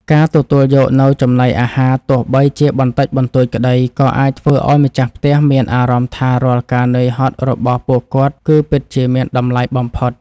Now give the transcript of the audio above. ការទទួលយកនូវចំណីអាហារទោះបីជាបន្តិចបន្តួចក្តី ក៏អាចធ្វើឱ្យម្ចាស់ផ្ទះមានអារម្មណ៍ថារាល់ការនឿយហត់របស់ពួកគាត់ គឺពិតជាមានតម្លៃបំផុត។